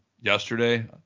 yesterday